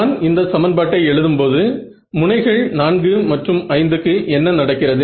நான் இந்த சமன்பாட்டை எழுதும்போது முனைகள் 4 மற்றும் 5 க்கு என்ன நடக்கிறது